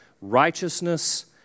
righteousness